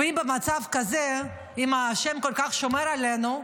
ואם במצב כזה, אם השם כל כך שומר עלינו,